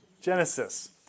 Genesis